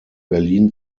berlin